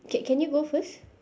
okay can you go first